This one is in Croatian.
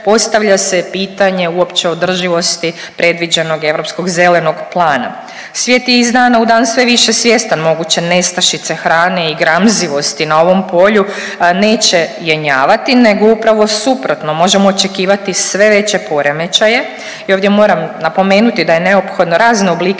postavlja se pitanje uopće održivosti predviđenog Europskog zelenog plana. Svijet je izdana dana u dan sve više svjestan moguće nestašice hrane i gramzivosti na ovom polju, neće jenjavati nego upravo suprotno možemo očekivati sve veće poremećaje. I ovdje moram napomenuti da je neophodno razne oblike